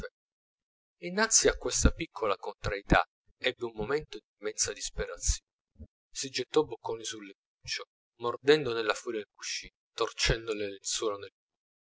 innanzi a questa piccola contrarietà ebbe un momento di immensa disperazione si gettò bocconi sul lettuccio mordendo nella furia il cuscino torcendo le lenzuola nel